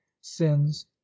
sins